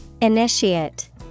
Initiate